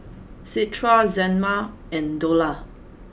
Citra Zaynab and Dollah